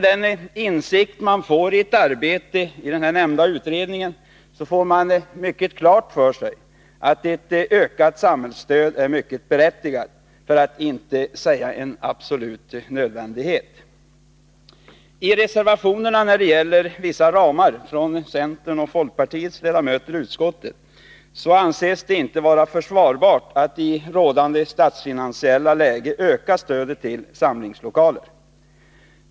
Den insikt man får i arbetet i den nämnda utredningen gör att man får mycket klart för sig att ett ökat samhällsstöd är mycket berättigat, för att inte säga en absolut nödvändighet. I reservationen från centerns och folkpartiets ledamöter i utskottet, vilken gäller vissa ramar, anser man det inte vara försvarbart att i rådande statsfinansiella läge öka stödet till samlingslokaler.